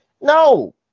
no